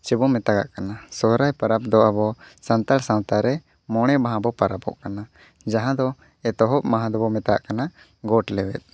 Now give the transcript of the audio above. ᱥᱮᱵᱚᱱ ᱢᱮᱛᱟᱜᱟᱜ ᱠᱟᱱᱟ ᱥᱚᱦᱨᱟᱭ ᱯᱟᱨᱟᱵᱽ ᱫᱚ ᱟᱵᱚ ᱥᱟᱱᱛᱟᱲ ᱥᱟᱶᱛᱟᱨᱮ ᱢᱚᱬᱮ ᱢᱟᱦᱟ ᱵᱚ ᱯᱟᱨᱟᱵᱚᱜ ᱠᱟᱱᱟ ᱡᱟᱦᱟᱸ ᱫᱚ ᱮᱛᱚᱦᱚᱵ ᱢᱟᱦᱟ ᱫᱚᱵᱚ ᱢᱮᱛᱟᱜ ᱠᱟᱱᱟ ᱜᱚᱴ ᱞᱮᱵᱮᱫ